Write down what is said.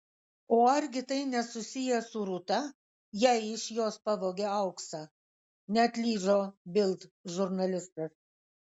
o argi tai nesusiję su rūta jei iš jos pavogė auksą neatlyžo bild žurnalistas